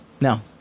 No